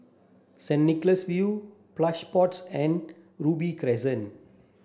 Saint Nicholas View Plush Pods and Robey Crescent